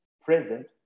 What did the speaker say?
present